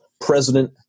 President